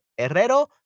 herrero